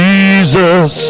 Jesus